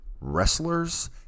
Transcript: wrestlers